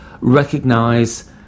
recognize